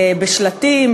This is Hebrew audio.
בשלטים,